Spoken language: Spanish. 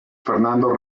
fernando